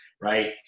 right